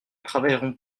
travailleront